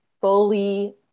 fully